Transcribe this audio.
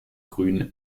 grün